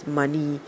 money